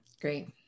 great